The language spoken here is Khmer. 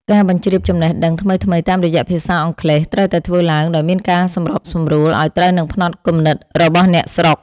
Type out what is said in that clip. ការបញ្ជ្រាបចំណេះដឹងថ្មីៗតាមរយៈភាសាអង់គ្លេសត្រូវតែធ្វើឡើងដោយមានការសម្របសម្រួលឱ្យត្រូវនឹងផ្នត់គំនិតរបស់អ្នកស្រុក។